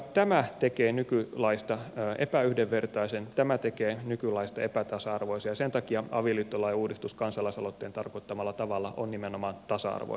tämä tekee nykylaista epäyhdenvertaisen tämä tekee nykylaista epätasa arvoisen ja sen takia avioliittolain uudistus kansalaisaloitteen tarkoittamalla tavalla on nimenomaan tasa arvoinen avioliittolaki